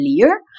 clear